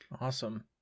Awesome